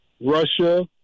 Russia